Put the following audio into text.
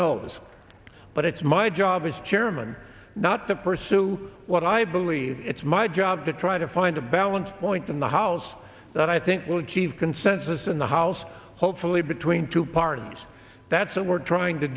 knows but it's my job as chairman not to pursue what i believe it's my job to try to find a balance point in the house that i think will achieve consensus in the house hopefully between two parties that's and we're trying to